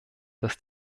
dass